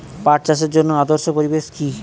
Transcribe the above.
পাট চাষের জন্য আদর্শ পরিবেশ কি?